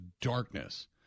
darkness